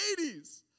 80s